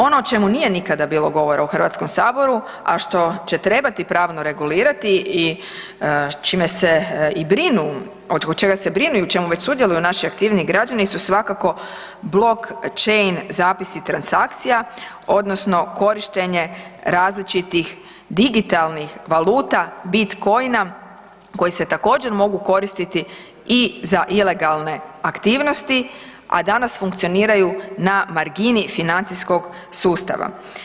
Ono o čemu nije nikada bilo govora u HS-u, a što će trebati pravno regulirati i čime se i brinu, oko čega se brinu u čemu već sudjeluju naši aktivniji građani su svakako „blockchain“ zapisi transakcija odnosno korištenje različitih digitalnih valuta Bitcoina koji se također, mogu koristiti i za ilegalne aktivnosti, a danas funkcioniraju na margini financijskog sustava.